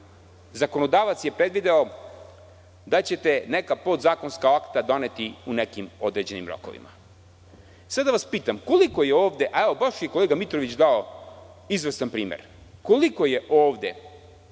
zakonodavac je predvideo da ćete neka podzakonska akta doneti u nekim određenim rokovima? Pitam vas sada, evo baš je kolega Mitrović dao izvestan primer, koliko je ovde